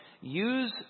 Use